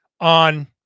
on